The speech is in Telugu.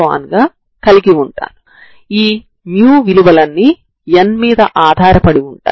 కాబట్టి x0 t0 కొత్త చరరాశులు 00 లలో ఈ విధంగా ఉంటాయి